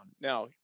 now